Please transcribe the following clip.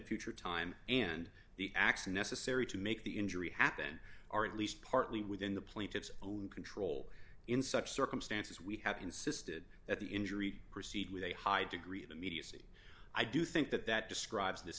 future time and the acts necessary to make the injury happen are at least partly within the plaintiff's own control in such circumstances we have insisted that the injury proceed with a high degree of immediacy i do think that that describes this